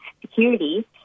security